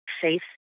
faith